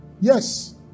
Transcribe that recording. Yes